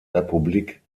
republik